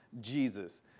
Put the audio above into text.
Jesus